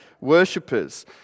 worshippers